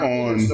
on